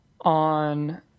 On